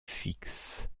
fixe